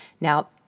Now